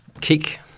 Kick